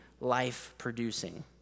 life-producing